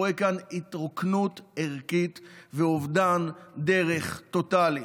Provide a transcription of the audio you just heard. אני רואה כאן התרוקנות ערכית ואובדן דרך טוטלי.